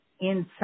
inside